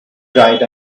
dried